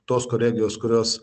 tos kolegijos kurios